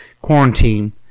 quarantine